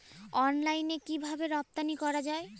অনলাইনে কিভাবে রপ্তানি করা যায়?